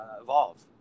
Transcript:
evolve